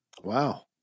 Wow